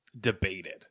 debated